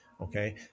Okay